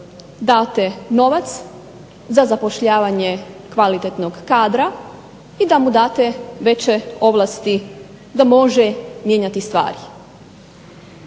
date novac za zapošljavanje kvalitetnog kadra i da mu date već ovlasti da može mijenjati stvari.